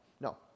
no